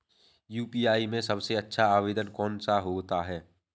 UPI में सबसे अच्छा आवेदन कौन सा होता है?